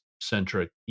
centric